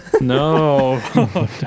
No